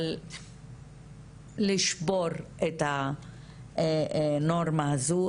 אבל לשבור את הנורמה הזו,